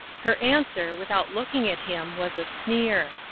her answer, without looking at him, was a sneer,